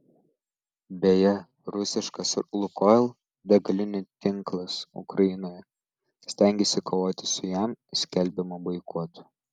beje rusiškas lukoil degalinių tinklas ukrainoje stengiasi kovoti su jam skelbiamu boikotu